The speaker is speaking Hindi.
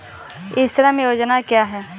ई श्रम योजना क्या है?